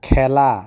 খেলা